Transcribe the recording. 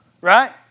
right